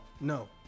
no